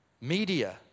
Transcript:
media